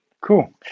Cool